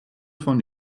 von